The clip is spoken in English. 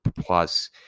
plus